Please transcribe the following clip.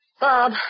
Bob